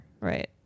Right